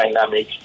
dynamic